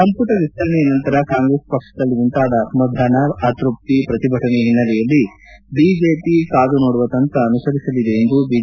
ಸಂಪುಟ ವಿಸ್ತರಣೆಯ ನಂತರ ಕಾಂಗ್ರೆಸ್ ಪಕ್ಷದಲ್ಲಿ ಉಂಟಾದ ಅಸಮಾಧಾನ ಅತೃಪ್ತಿ ಪ್ರತಿಭಟನೆ ಹಿನ್ನೆಲೆಯಲ್ಲಿ ಬಿಜೆಪಿ ಕಾದುನೋಡುವ ತಂತ್ರ ಅನುಸರಿಸಲಿದೆ ಎಂದು ಬಿಜೆಪಿ ರಾಜ್ಯಾಧಕ್ಷ ಬಿ